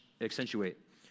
accentuate